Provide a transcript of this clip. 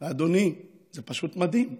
ואדוני, זה פשוט מדהים: